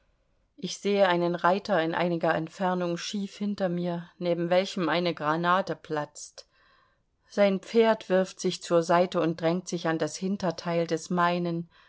ich sehe einen reiter in einiger entfernung schief hinter mir neben welchem eine granate platzt sein pferd wirft sich zur seite und drängt sich an das hinterteil des meinen